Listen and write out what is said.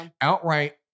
outright